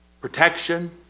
protection